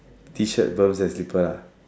T-shirt and slipper ah